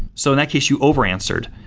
so in that case, you over answered.